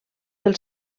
del